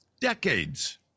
decades